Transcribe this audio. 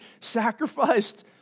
sacrificed